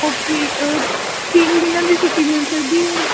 okay ਤਿੰਨ ਦਿਨਾਂ ਦੀ ਛੁੱਟੀ ਮਿਲ ਸਕਦੀ ਹੈ